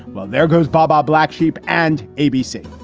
well, there goes bob ah blacksheep and abc.